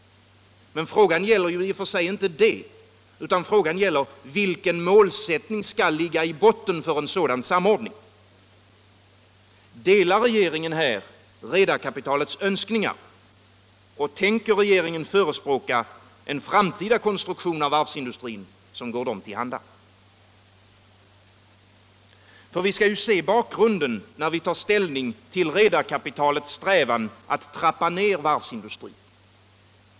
Men frågan gäller i och för sig inte det, utan frågan gäller vilken målsättning som skall ligga i botten för en sådan samordning. Delar regeringen redarkapitalets önskningar och tänker regeringen förespråka en framtida konstruktion av varvsindustrin som går redarkapitalet till handa? Vi skall se bakgrunden när vi tar ställning till redarkapitalets strävan att trappa ner varvsindustrin.